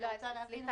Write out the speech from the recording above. אני רוצה להבין אותה.